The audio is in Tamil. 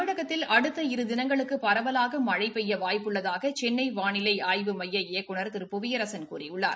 தமிழகத்தில் அடுத்த இரு தினங்களுக்குப ரவலாக மழை பெய்ய வாய்ப்பு உள்ளதாக செனனை வானிலை ஆய்வு மையத்தின் இயக்குநர் திரு புவியரசன் கூறியுள்ளார்